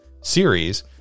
series